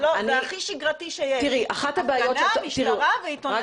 זה הכי שגרתי שיש הפגנה, משטרה ועיתונאים.